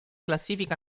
classifica